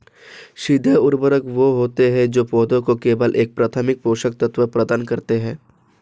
सीधे उर्वरक वे होते हैं जो पौधों को केवल एक प्राथमिक पोषक तत्व प्रदान करते हैं